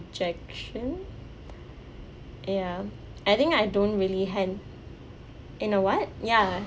rejection ya I think I don't really hand~ in a what ya